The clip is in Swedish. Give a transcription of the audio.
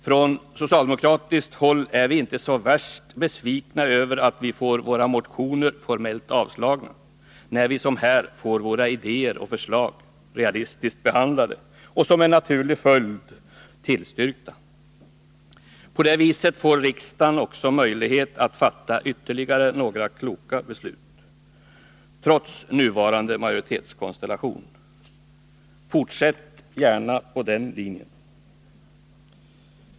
Från socialdemokratiskt håll är vi inte så värst besvikna över att vi får våra motioner formellt avslagna, när vi som här får våra idéer och förslag realistiskt behandlade och som en naturlig följd tillstyrkta. På det viset får riksdagen möjlighet att fatta ytterligare några kloka beslut trots nuvarande majoritetskonstellation. Fortsätt gärna på den linjen!